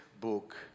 book